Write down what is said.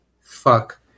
fuck